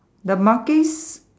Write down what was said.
the markings